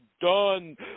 done